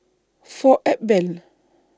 four Apbel